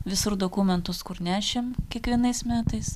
visur dokumentus kur nešėm kiekvienais metais